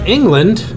England